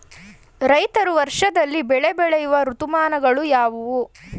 ರೈತರು ವರ್ಷದಲ್ಲಿ ಬೆಳೆ ಬೆಳೆಯುವ ಋತುಮಾನಗಳು ಯಾವುವು?